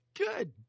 Good